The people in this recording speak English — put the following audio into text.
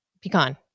Pecan